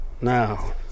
Now